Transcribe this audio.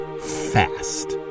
fast